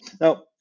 Now